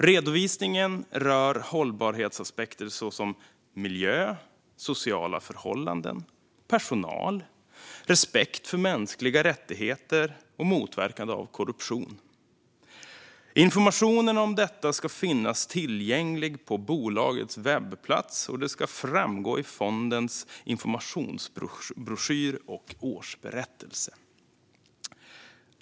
Redovisningen rör hållbarhetsaspekter såsom miljö, sociala förhållanden, personal, respekt för mänskliga rättigheter och motverkande av korruption. Informationen om detta ska finnas tillgänglig på bolagets webbplats, och det ska framgå i fondens informationsbroschyr och årsberättelse.